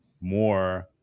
more –